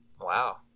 Wow